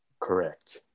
Correct